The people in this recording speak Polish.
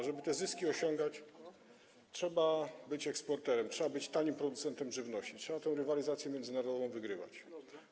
Ażeby te zyski osiągać, trzeba być eksporterem, trzeba być tanim producentem żywności, trzeba tę rywalizację międzynarodową wygrywać.